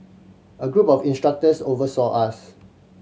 a group of instructors oversaw us